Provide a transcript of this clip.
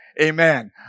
amen